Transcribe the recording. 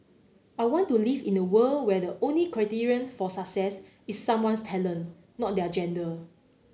I want to live in a world where the only criterion for success is someone's talent not their gender